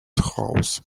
house